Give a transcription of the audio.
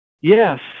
yes